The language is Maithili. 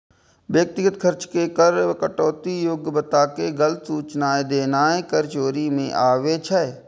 व्यक्तिगत खर्च के कर कटौती योग्य बताके गलत सूचनाय देनाय कर चोरी मे आबै छै